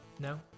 No